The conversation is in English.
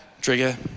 trigger